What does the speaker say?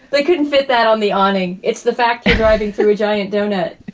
they couldn't fit that on the awning. it's the fact that driving through a giant doughnut.